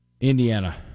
Indiana